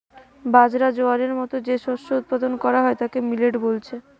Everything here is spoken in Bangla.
বাজরা, জোয়ারের মতো যে শস্য উৎপাদন কোরা হয় তাকে মিলেট বলছে